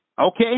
Okay